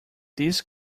this